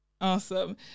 Awesome